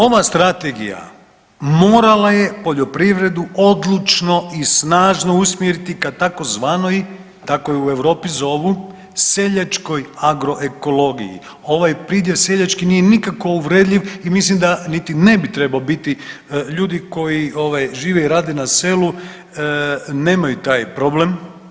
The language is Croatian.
Ova strategija morala je poljoprivredu odlučno i snažno usmjeriti ka tzv. tako je u Europi zovu seljačkoj agroekologiji, ovaj pridjev seljački nije nikako uvredljiv i mislim da niti ne bi trebao biti, ljudi koji ovaj žive i rade na selu nemaju taj problem.